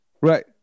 Right